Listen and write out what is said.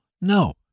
No